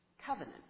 covenant